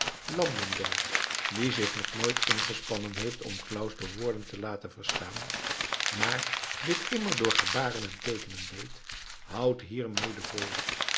landenberg die zich nog nooit ingespannen heeft om claus door woorden te laten verstaan maar dit immer door gebaren en teekenen deed houdt hiermede vol